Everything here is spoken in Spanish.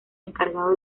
encargado